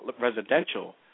residential